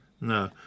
no